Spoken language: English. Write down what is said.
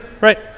right